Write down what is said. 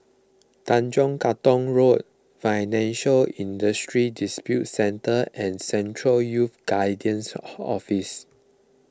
Tanjong Katong Road Financial Industry Disputes Center and Central Youth Guidance Office